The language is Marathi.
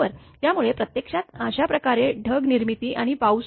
त्यामुळे प्रत्यक्षात अशा प्रकारे ढग निर्मिती आणि पाऊस असतो